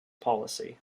policy